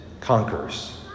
conquers